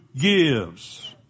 gives